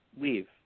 leave